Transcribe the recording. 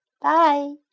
Bye